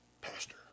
pastor